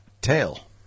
Tail